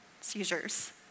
seizures